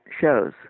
shows